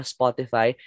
Spotify